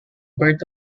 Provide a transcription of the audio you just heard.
bird